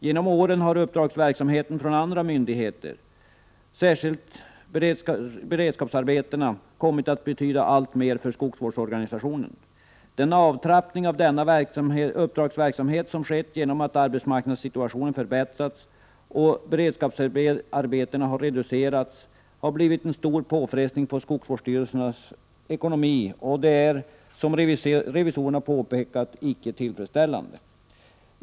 Genom åren har uppdragsverksamheten från andra myndigheter — särskilt beredskapsarbetena — kommit att betyda alltmer för skogsvårdsorganisationen. Den avtrappning av denna uppdragsverksamhet som skett genom att arbetsmarknadssituationen förbättrats och beredskapsarbetena har reducerats har blivit en stor påfrestning på skogsvårdsstyrelsernas ekonomi, och det är — som revisorerna påpekat — inte tillfredsställande.